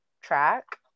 track